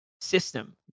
system